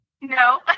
No